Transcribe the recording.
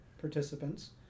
participants